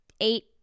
eight